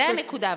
זאת הנקודה,